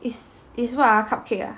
is is what ah cupcake